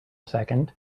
second